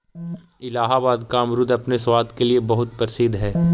इलाहाबाद का अमरुद अपने स्वाद के लिए बहुत प्रसिद्ध हई